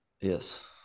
Yes